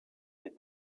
des